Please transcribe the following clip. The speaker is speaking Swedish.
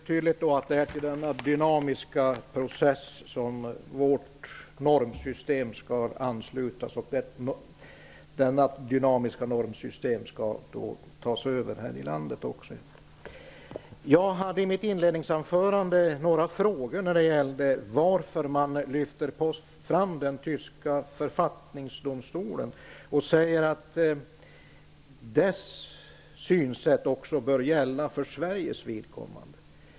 Herr talman! Det är tydligt att vårt normsystem skall anslutas till denna dynamiska process. Jag hade i mitt inledningsanförande några frågor om varför man lyfter fram den tyska författningsdomstolen och säger att dess synsätt bör gälla också för Sveriges vidkommande.